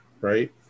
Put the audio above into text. right